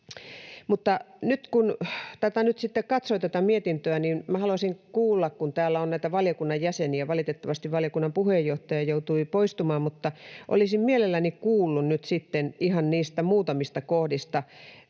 niin minä mielelläni haluaisin kuulla — kun täällä on valiokunnan jäseniä, valitettavasti valiokunnan puheenjohtaja joutui poistumaan — ihan niistä muutamista kohdista,